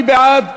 מי בעד?